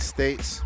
States